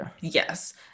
yes